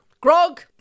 Grog